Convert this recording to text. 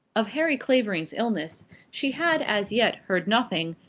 of harry clavering's illness she had as yet heard nothing,